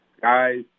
guys